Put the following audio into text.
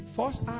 first